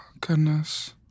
Goodness